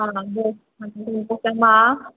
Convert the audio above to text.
ꯂꯨꯄꯥ ꯆꯥꯝꯃꯉꯥ